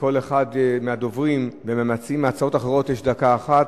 לכל אחד מהדוברים ומהמציעים הצעות אחרות יש דקה אחת.